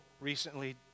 recently